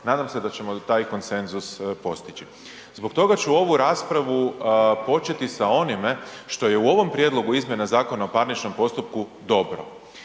Nadam se da ćemo taj konsenzus postići. Zbog toga ću ovu raspravu početi sa onime što je u ovom Prijedlogu izmjena Zakona o parničnom postupku dobro,